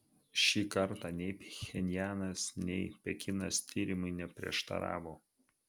šį kartą nei pchenjanas nei pekinas tyrimui neprieštaravo